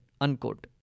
unquote